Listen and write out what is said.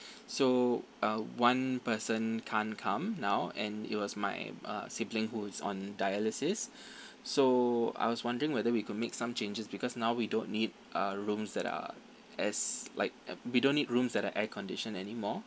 so uh one person can't come now and it was my uh sibling who is on dialysis so I was wondering whether we could make some changes because now we don't need uh rooms that are as like uh we don't need rooms that are air conditioned anymore